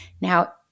Now